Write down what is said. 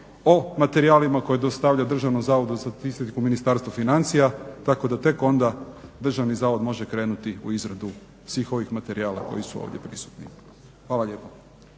o materijalima koje dostavlja DZS-u Ministarstvo financija tako da tek onda Državni zavod može krenuti u izradu svih ovih materijala koji su ovdje prisutni. Hvala lijepo.